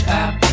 app